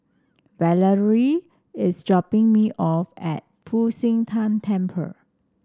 Valeria is dropping me off at Fu Xi Tang Temple